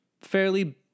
fairly